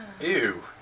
Ew